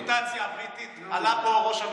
במוטציה הבריטית עלה פה ראש הממשלה,